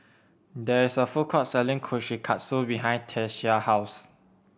there is a food court selling Kushikatsu behind Tyesha house